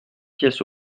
pièces